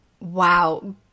Wow